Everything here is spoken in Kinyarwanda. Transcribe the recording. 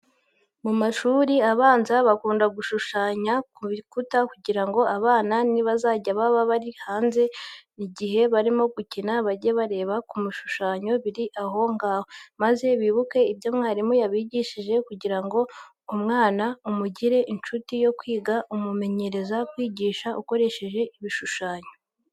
Mu mashuri abanza bakunda gushushanya ku bikuta kugira ngo abana nibazajya baba bari hanze n'igihe barimo gukina bajye bareba ku bishushanyo biri aho ngaho, maze bibuke ibyo mwarimu yabigishije. Kugira ngo umwana umugire inshuti yo kwiga umumenyereza kumwigisha ukoresheje ibishushanyo.